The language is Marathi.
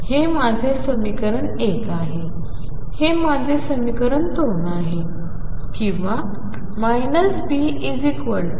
हे माझे समीकरण 1 आहे हे माझे समीकरण 2 आहे किंवा Bk2k1C